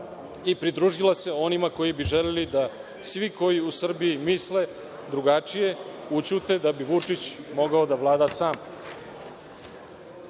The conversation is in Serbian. i pridružila se onima koji bi želeli da svi koji u Srbiji misle drugačije ućute da bi Vučić mogao da vlada